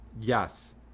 Yes